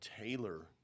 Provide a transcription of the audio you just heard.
Taylor